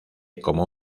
como